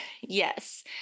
Yes